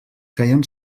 feien